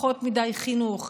פחות מדי חינוך,